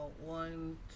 One